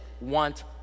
want